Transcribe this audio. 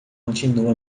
continua